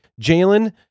Jalen